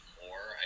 more